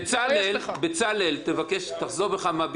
בצלאל, תחזור בך מהביטוי.